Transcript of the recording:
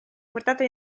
portato